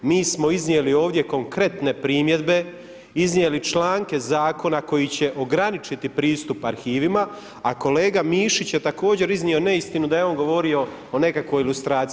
Mi smo iznijeli ovdje konkretne primjedbe, iznijeli članke zakona koji će ograničiti pristup arhivima, a kolega Mišić je također iznio neistinu da je on govorio o nekakvoj lustraciji.